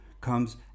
comes